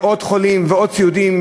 וחולים וסיעודיים,